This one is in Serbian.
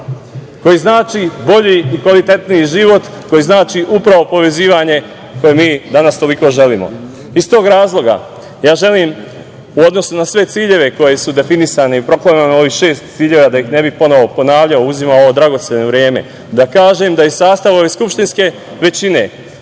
koji znači bolji i kvalitetniji život, koji znači upravo povezivanje koje mi danas toliko želimo. Iz tog razloga, ja želim u odnosu na sve ciljeve koji su definisani i proklamovani u ovih šest ciljeva, da ih ne bih ponovo ponavljao i uzimao dragoceno vreme, da kažem da i sastav ove skupštinske većine